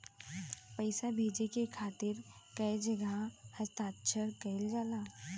पैसा भेजे के खातिर कै जगह हस्ताक्षर कैइल जाला?